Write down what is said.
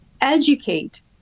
educate